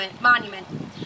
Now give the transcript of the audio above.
monument